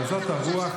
אבל זאת הרוח.